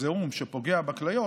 זיהום שפוגע בכליות,